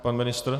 Pan ministr?